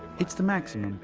it's the maximum.